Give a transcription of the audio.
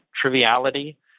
triviality